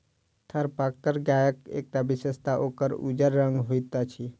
थारपारकर गायक एकटा विशेषता ओकर उज्जर रंग होइत अछि